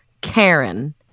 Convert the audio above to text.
karen